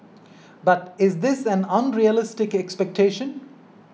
but is this an unrealistic expectation